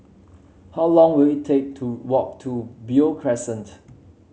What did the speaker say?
how long will it take to walk to Beo Crescent